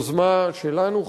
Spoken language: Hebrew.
יוזמה שלנו,